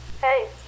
Hey